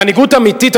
מנהיגות אמיתית,